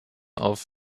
auf